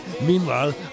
Meanwhile